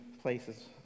places